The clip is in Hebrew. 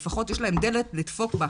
אבל לפחות יש להם דלת לדפוק עליה.